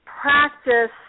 practice